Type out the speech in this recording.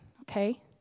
Okay